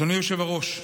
אדוני היושב-ראש,